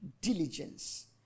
diligence